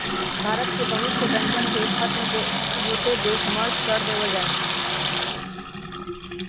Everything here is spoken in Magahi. भारत के बहुत से बैंकवन के खत्म होते देख मर्ज कर देयल जाहई